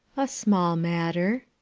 a small matter,